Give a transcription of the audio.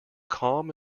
calm